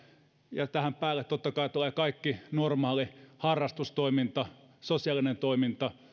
ja tähän päälle totta kai tulee kaikki normaali harrastustoiminta sosiaalinen toiminta